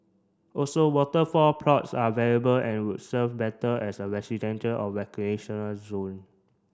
also waterfront plots are valuable and would serve better as a residential or recreational zone